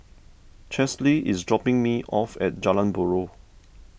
Chesley is dropping me off at Jalan Buroh